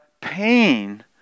pain